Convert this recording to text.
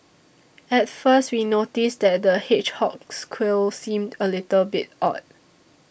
at first we noticed that the hedgehog's quills seemed a little bit odd